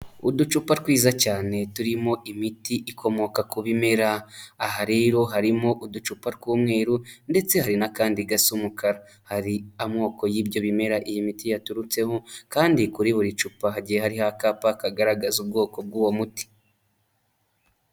Uducupa twiza cyane turimo imiti ikomoka ku bimera. Aha rero harimo uducupa tw'umweru ndetse hari n'akandi gasa umukara. Hari amoko y'ibyo bimera iyi miti yaturutseho kandi kuri buri cupa hagiye hariho akapa kagaragaza ubwoko bw'uwo muti.